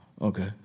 Okay